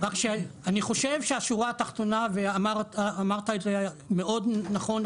רק שאני חושב שהשורה התחתונה ואמרת את זה מאוד נכון,